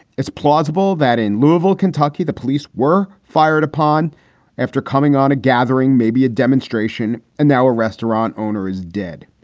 it's plausible that in louisville, kentucky, the police were fired upon after coming on a gathering, maybe a demonstration, and now a restaurant owner is dead.